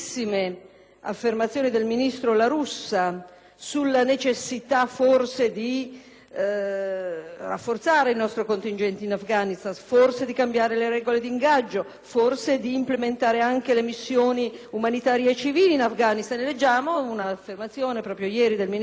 rafforzare il nostro contingente in Afghanistan, forse di cambiare le regole di ingaggio, forse di implementare anche le missioni umanitarie e civili; leggiamo, in una dichiarazione rilasciata proprio ieri dal ministro La Russa, che forse dovrà sottoporre un ulteriore provvedimento a questo Parlamento.